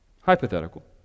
Hypothetical